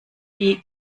die